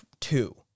two